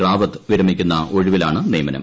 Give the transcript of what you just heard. റാവത്ത് വിരമിക്കുന്ന ഒഴിവിലാണ് നിയമനം